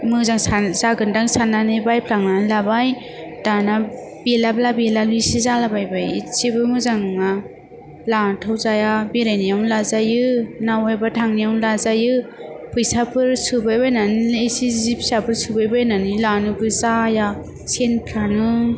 मोजां जागोनदां सानानै बायफ्लांनानै लाबाय दाना बेलाबला बेलाबलिसो जालाबायबाय एसेबो मोजां नङा लाथाव जाया बेरायनायावनो लाजायो ना अहायबा थांनायावनो लाजायो फैसाफोर सोबायबायनानै एसे जि फिसाफोर सोबायबायनानै लानोबो जाया सेनफ्रानो